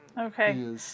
Okay